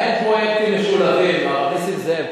אין פרויקטים משולבים, מר נסים זאב.